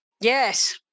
Yes